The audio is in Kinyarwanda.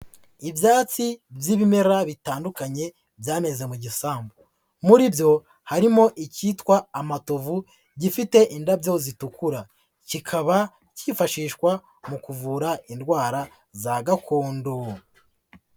Ibyatsi by'ibimera bitandukanye byameze mu gisambu, muri byo harimo ikitwa amatovu gifite indabyo zitukura, kikaba kifashishwa mu kuvura indwara za gakondo.